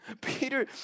Peter